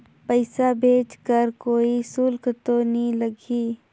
पइसा भेज कर कोई शुल्क तो नी लगही?